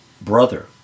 brother